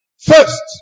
first